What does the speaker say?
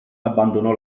abbandonò